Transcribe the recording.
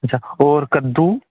अच्छा और कद्दू